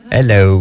Hello